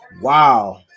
Wow